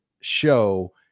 show